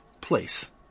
place